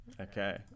Okay